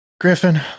Griffin